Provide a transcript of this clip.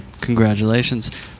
Congratulations